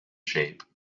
shape